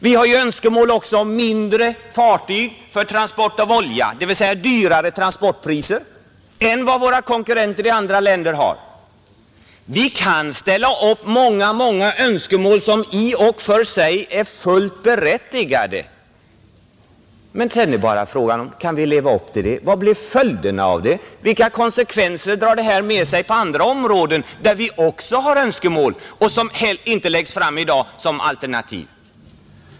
Vi har också önskemål om mindre fartyg för transport av olja, dvs. högre transportpriser än vad våra konkurrenter i andra länder har. Vi kan ställa upp många, många önskemål som i och för sig är fullt berättigade. Men sedan är bara frågan: Kan vi leva upp till det? Vad blir följderna av det? Vilka konsekvenser drar detta med sig på andra områden, där vi också har önskemål, vilka inte läggs fram här i dag som alternativ?